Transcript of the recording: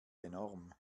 enorm